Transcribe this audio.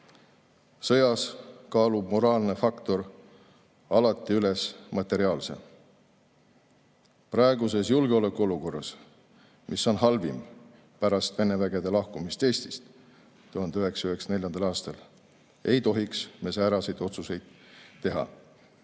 Sõjas kaalub moraalne faktor alati üles materiaalse. Praeguses julgeolekuolukorras, mis on halvim pärast Vene [väeüksuste] lahkumist Eestist 1994. aastal, ei tohiks me sääraseid otsuseid teha.